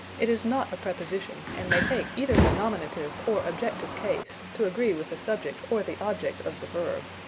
it is not a preposition and may take either the nominative or objective case, to agree with the subject or the object of the verb.